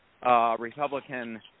Republican